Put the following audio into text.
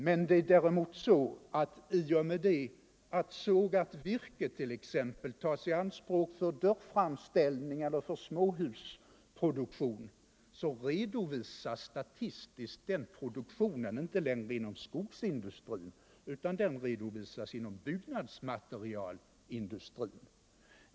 Däremot är det så att i och med att sågat virke tas i anspråk för t.ex. dörrframställning och småhusproduktion, redovisas statistiskt den produktionen inte längre inom skogsindustrin utan inom byggnadsmaterialindustrin eller småhusindustrin.